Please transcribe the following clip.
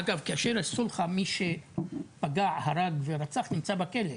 אגב מי שפגע, הרג ורצח נמצא בכלא.